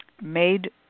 made